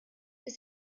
ist